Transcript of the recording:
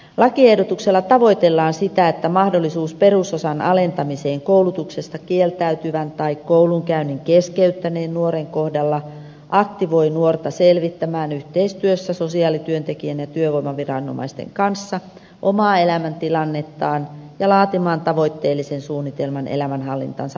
lakiehdotuksella tavoitellaan sitä että mahdollisuus perusosan alentamiseen koulutuksesta kieltäytyvän tai koulunkäynnin keskeyttäneen nuoren kohdalla aktivoi nuorta selvittämään yhteistyössä sosiaalityöntekijän ja työvoimaviranomaisten kanssa omaa elämäntilannettaan ja laatimaan tavoitteellisen suunnitelman elämänhallintansa parantamiseksi